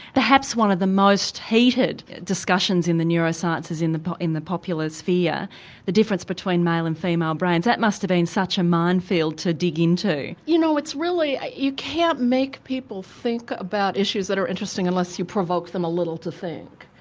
perhaps one of the most heated discussions in the neurosciences in the in the popular sphere the difference between male and female brain that must have been such a minefield to dig into. you know it's really ah you can't make people think about issues that are interesting unless you provoke them a little to think.